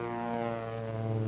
oh